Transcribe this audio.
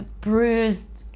Bruised